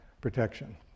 protection